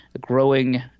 Growing